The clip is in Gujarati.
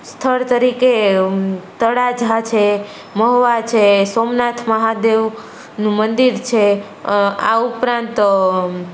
સ્થળ તરીકે તળાજા છે મહુવા છે સોમનાથ મહાદેવ નું મંદિર છે આ ઉપરાંત